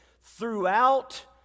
throughout